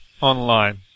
online